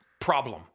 problem